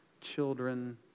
children